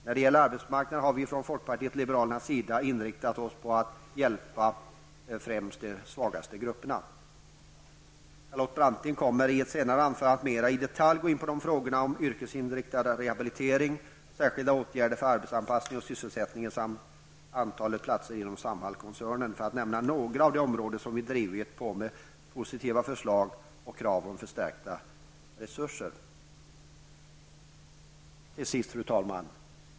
När det gäller arbetsmarknaden har vi från folkpartiet liberalerna inriktat oss på att hjälpa främst de svagaste grupperna. Charlotte Branting kommer i ett senare anförande att mera i detalj gå in på frågor gällande yrkesinriktad rehabilitering, särskilda åtgärder för arbetsanpassning och sysselsättning samt antalet platser inom Samhallkoncernen, för att nämna några av de områden där vi drivit på med positiva förslag och krav på förstärkta resurser. Fru talman!